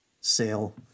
sale